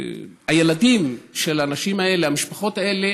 והילדים של הנשים האלה, המשפחות האלה,